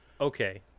Okay